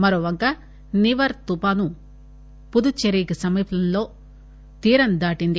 మరోవంక Nivar తుపాను పుదుచ్చేరికి సమీపంలో తీరం దాటింది